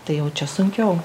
tai jau čia sunkiau